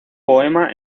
poema